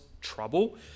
trouble